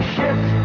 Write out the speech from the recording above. Shift